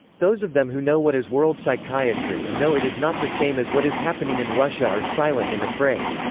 those of them who know what is world psychiatry and know it is not the same as what is happening in russia are silent and afraid.